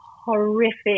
horrific